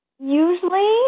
Usually